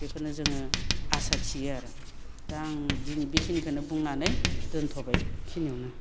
बेखौनो जोङो आसा थियो आरो दा आं दिनै बेखिनिखोनो बुंनानै दोनथ'बाय इखिनियावनो